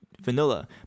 vanilla